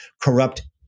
corrupt